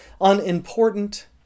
unimportant